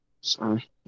Sorry